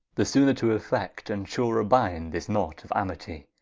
the sooner to effect, and surer binde this knot of amitie,